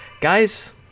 guys